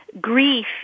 grief